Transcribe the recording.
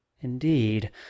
indeed